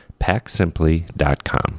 PackSimply.com